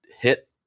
hit